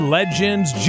Legends